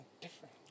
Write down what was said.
different